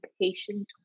patient